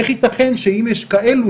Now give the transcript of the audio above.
איך יתכן שאם יש כאלו,